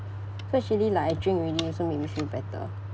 so actually like I drink already also make me feel better